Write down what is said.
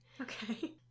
Okay